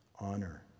honor